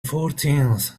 fourteenth